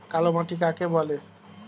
কালো মাটি কাকে বলে?